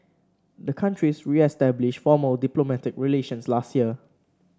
the countries reestablished formal diplomatic relations last year